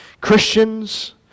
Christians